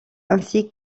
ainsi